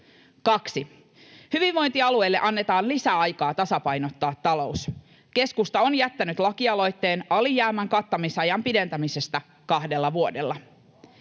2) Hyvinvointialueille annetaan lisäaikaa tasapainottaa talous. Keskusta on jättänyt lakialoitteen alijäämän kattamisajan pidentämisestä kahdella vuodella.